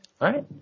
right